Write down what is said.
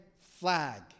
flag